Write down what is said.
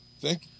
thank